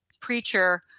preacher